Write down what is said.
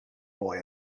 boy